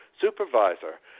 supervisor